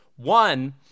One